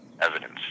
evidence